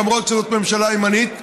למרות שזאת ממשלה ימנית,